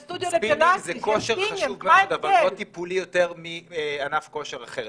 ספינינג זה כושר חשוב מאוד אבל לא טיפולי יותר מענף כושר אחר.